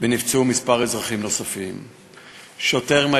ונפצעו כמה אזרחים נוספים.